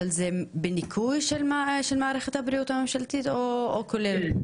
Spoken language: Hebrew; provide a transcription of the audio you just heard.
אבל זה בניכוי של מערכת הבריאות הממשלתית או כולל אותה?